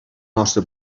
nostre